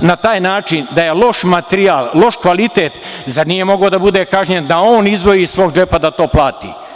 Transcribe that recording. na taj način da je loš materijal, loš kvalitet, zar nije mogao da bude kažnjen da on izdvoji iz svog džepa da to plati?